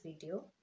video